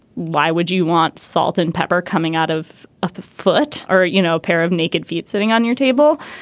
why would you want salt and pepper coming out of a foot or you know a pair of naked feet sitting on your table.